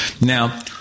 Now